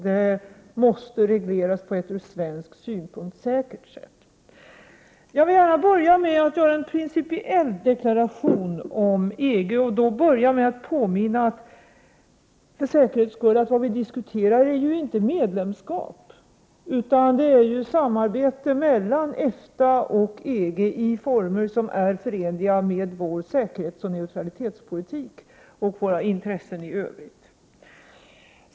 Detta måste regleras på ett ur svensk synpunkt säkert sätt. Jag vill göra en principiell deklaration när det gäller EG-frågan och för säkerhets skull påminna att vi ju inte diskuterar medlemskap utan samarbete mellan EFTA och EG i former som är förenliga med vår säkerhetsoch neutralitetspolitik samt våra intressen i övrigt.